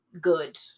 good